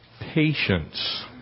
patience